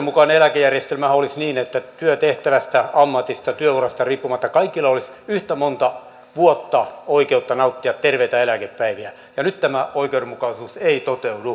oikeudenmukainen eläkejärjestelmähän olisi niin että työtehtävästä ammatista työ urasta riippumatta kaikilla olisi yhtä monta vuotta oikeutta nauttia terveitä eläkepäiviä ja nyt tämä oikeudenmukaisuus ei toteudu